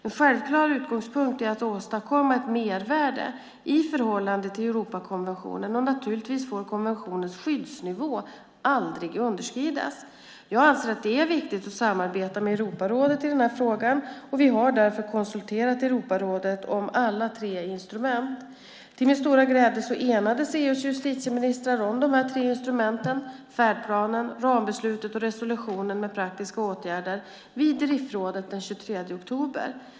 En självklar utgångspunkt är att åstadkomma ett mervärde i förhållande till Europakonventionen, och naturligtvis får konventionens skyddsnivå aldrig underskridas. Jag anser att det är viktigt att samarbeta med Europarådet i den här frågan och vi har därför konsulterat Europarådet om alla tre instrumenten. Till min stora glädje enades EU:s justitieministrar om dessa tre instrument - färdplanen, rambeslutet och resolutionen med praktiska åtgärder - vid RIF-rådet den 23 oktober.